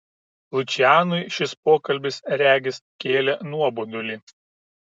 lučianui šis pokalbis regis kėlė nuobodulį